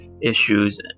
issues